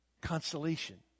consolation